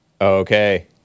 Okay